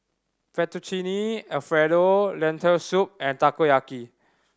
Fettuccine Alfredo Lentil Soup and Takoyaki